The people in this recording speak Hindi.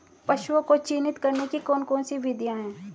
पशुओं को चिन्हित करने की कौन कौन सी विधियां हैं?